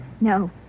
No